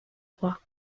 roi